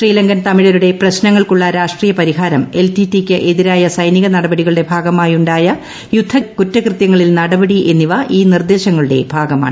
ശ്രീലങ്കൻ തമിഴരുടെ പ്രശ്നങ്ങൾക്കുള്ള രാഷ്ട്രീയ പരിഹാരം എൽ ടി ടി ഇ യ്ക്ക് എതിരായ സൈനിക നടപടികളുടെ ഭാഗമായുണ്ടായ യുദ്ധ കുറ്റകൃത്യങ്ങളിൽ നടപടി എന്നിവ ഈ നിർദ്ദേശങ്ങളുടെ ഭാഗമാണ്